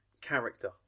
character